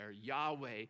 Yahweh